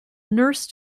nurse